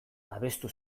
abestu